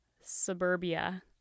suburbia